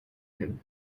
him